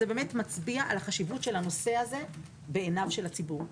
זה באמת מצביע על חשיבות הנושא הזה בעיני הציבור.